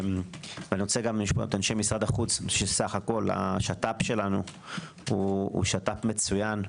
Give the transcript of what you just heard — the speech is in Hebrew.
גם אנשי משרד החוץ שהשת"פ שלנו הוא מצוין.